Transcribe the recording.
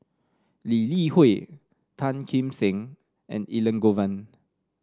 Lee Li Hui Tan Kim Seng and Elangovan